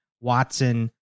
Watson